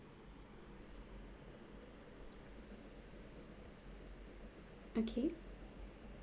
okay